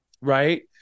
right